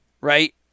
right